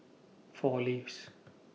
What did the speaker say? four Leaves